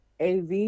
av